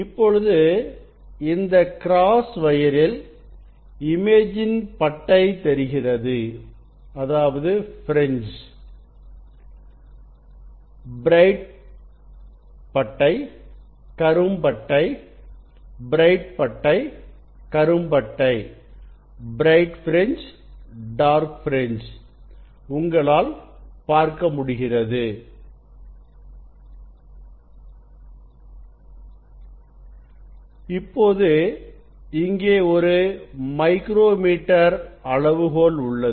இப்பொழுது இந்த கிராஸ் வயரில் இமேஜ் இன் பட்டை தெரிகிறது பிரைட் பட்டை கரும் பட்டை பிரைட் பட்டை கரும் பட்டை உங்களால் பார்க்க முடிகிறது இப்போது இங்கே ஒரு மைக்ரோமீட்டர் அளவுகோல் உள்ளது